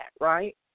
right